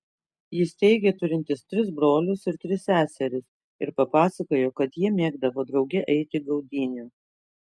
jis teigė turintis tris brolius ir tris seseris ir papasakojo kad jie mėgdavo drauge eiti gaudynių